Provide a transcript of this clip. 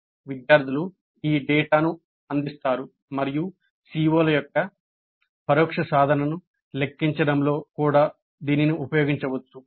విద్యార్థులు ఈ డేటాను అందిస్తారు మరియు CO ల యొక్క పరోక్ష సాధనను లెక్కించడంలో కూడా దీనిని ఉపయోగించవచ్చు